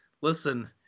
listen